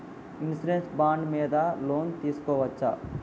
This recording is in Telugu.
ఇన్సూరెన్స్ బాండ్ మీద లోన్ తీస్కొవచ్చా?